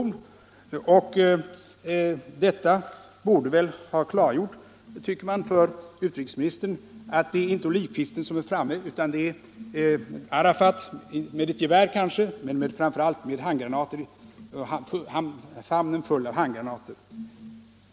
Det tycker man borde ha klargjort för utrikesministern att det inte är olivkvisten som varit framme utan att det är Arafat med geväret och famnen full av handgranater.